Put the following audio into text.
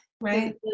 right